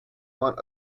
want